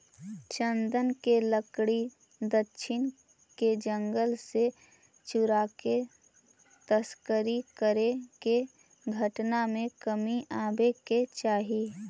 चन्दन के लकड़ी दक्षिण के जंगल से चुराके तस्करी करे के घटना में कमी आवे के चाहि